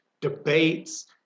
debates